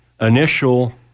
initial